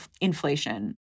inflation